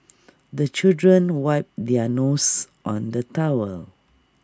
the children wipe their noses on the towel